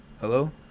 Hello